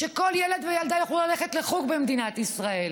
שכל ילד וילדה יוכלו ללכת לחוג במדינת ישראל.